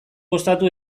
gozatu